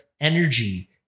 energy